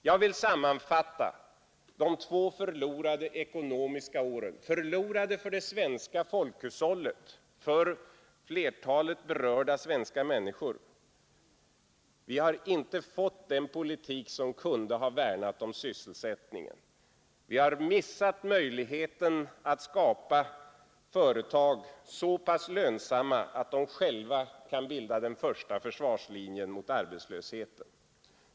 Jag vill sammanfatta de två förlorade ekonomiska åren, förlorade för det svenska folkhushållet och för flertalet berörda svenska människor: Vi har inte fått den politik som kunde ha värnat om sysselsättningen. Vi har missat möjligheten att skapa företag så pass lönsamma att de själva kan bilda den första försvarslinjen mot arbetslösheten.